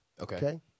okay